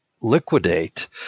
liquidate